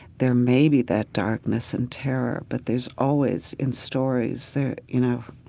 there may be that darkness and terror, but there's always in stories. there, you know,